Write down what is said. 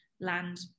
land